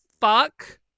fuck